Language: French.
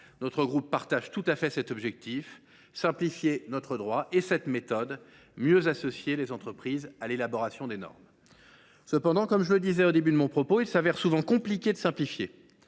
notre groupe partage tout à fait cet objectif – simplifier notre droit – et cette méthode – mieux associer les entreprises à l’élaboration des normes. Cependant, comme je le disais en introduction, il s’avère souvent compliqué de simplifier.